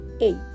eight